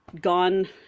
gone